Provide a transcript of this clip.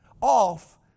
off